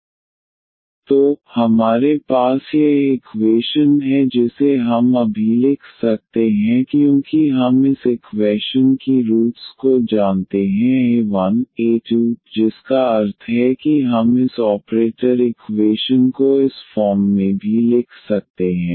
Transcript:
D2a1Da2y0 तो हमारे पास यह इक्वेशन है जिसे हम अभी लिख सकते हैं क्योंकि हम इस इक्वैशन की रूटस् को जानते हैं a1 a2 जिसका अर्थ है कि हम इस ऑपरेटर इक्वेशन को इस फॉर्म में भी लिख सकते हैं